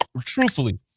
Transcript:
truthfully